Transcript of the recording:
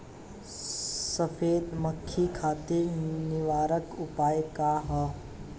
सफेद मक्खी खातिर निवारक उपाय का ह?